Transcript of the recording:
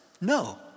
No